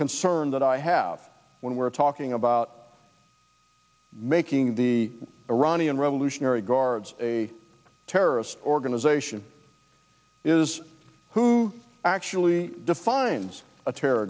concern that i have when we're talking about making the iranian revolutionary guards a terrorist organization who actually defines a terror